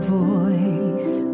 voice